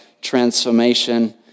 transformation